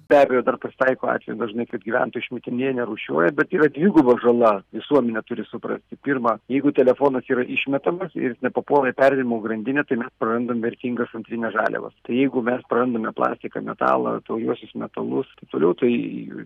be abejo dar pasitaiko atvejų dažnai kad gyventojai išmetinėja nerūšiuoja bet yra dviguba žala visuomenė turi suprasti pirma jeigu telefonas yra išmetamas ir jis nepapuola į perdirbimo grandinę tai mes prarandam vertingas antrines žaliavas tai jeigu mes prarandame plastiką metalą tauriuosius metalus toliau tai